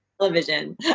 television